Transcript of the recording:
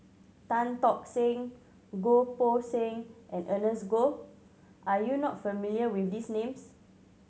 Tan Tock Seng Goh Poh Seng and Ernest Goh are you not familiar with these names